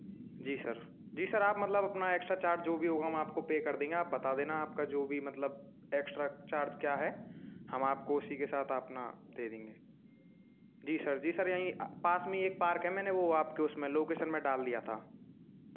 जी sir जी sir आप मतलब अपना एक्स्ट्रा चार्ज़ जो भी होगा हम आपको पे कर देंगे आप बता देना आपका जो भी मतलब एक्स्ट्रा चार्ज़ क्या है हम आपको उसी के साथ आपना दे देंगे जी सर जी सर यहीं पास में ही एक पार्क है मैंने वो आपके उसमें लोकेशन में डाल दिया था